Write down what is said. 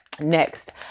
next